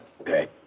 Okay